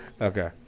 Okay